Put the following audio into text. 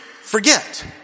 forget